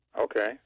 Okay